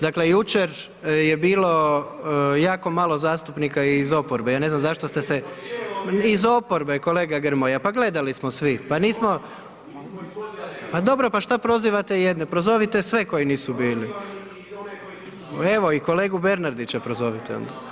Dakle jučer je bilo jako malo zastupnika i iz oporbe, ja ne znam zašto ste se… ... [[Upadica se ne čuje.]] iz oporbe kolega Grmoja, pa gledali smo svi, pa nismo …... [[Upadica se ne čuje.]] Pa dobro, pa šta prozivate jedne, prozovite sve koji nisu bili. ... [[Upadica se ne čuje.]] Evo i kolegu Bernardića prozovite onda.